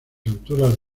alturas